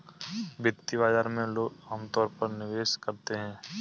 वित्तीय बाजार में लोग अमतौर पर निवेश करते हैं